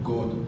God